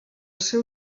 seu